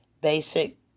basic